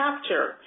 capture